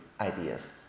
ideas